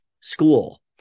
school